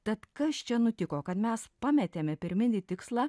tad kas čia nutiko kad mes pametėme pirminį tikslą